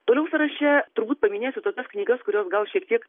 toliau sąraše turbūt paminėsiu tokias knygas kurios gal šiek tiek